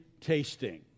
tasting